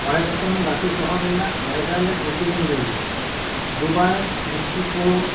ᱢᱚᱬᱮ ᱜᱚᱴᱟᱝ ᱞᱟᱹᱴᱩ ᱥᱚᱦᱚᱨ ᱨᱮᱭᱟᱜ ᱡᱟᱭᱜᱟ ᱨᱮᱭᱟᱜ ᱧᱩᱛᱩᱢᱤᱧ ᱞᱟᱹᱭᱫᱟ ᱫᱩᱵᱟᱭ ᱢᱮᱥᱠᱤᱠᱳ